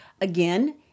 Again